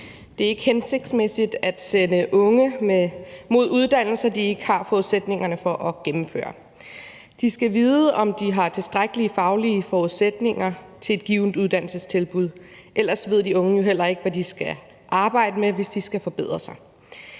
Det er ikke hensigtsmæssigt at sende unge mod uddannelser, de ikke har forudsætningerne for at gennemføre. De skal vide, om de har tilstrækkelige faglige forudsætninger til et givent uddannelsestilbud, ellers ved de unge jo heller ikke, hvad de skal arbejde med, hvis de skal forbedre sig.